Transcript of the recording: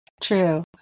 True